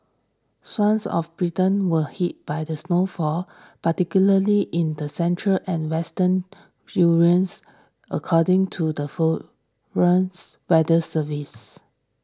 swathes of Britain were hit by the snowfall particularly in the central and western according to the forums weather service